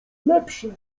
lepsze